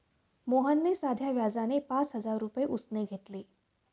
मोहनने साध्या व्याजाने पाच हजार रुपये उसने घेतले